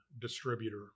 distributor